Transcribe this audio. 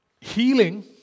healing